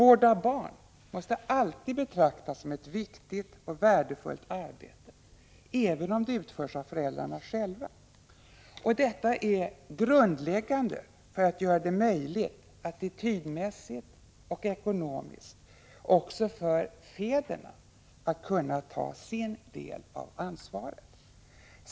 Vård av barn måste alltid betraktas som ett viktigt och värdefullt arbete, även om det utförs av föräldrarna själva. Detta är grundläggande för att göra det möjligt — attitydmässigt och ekonomiskt — också för fäderna att kunna ta sin del av ansvaret.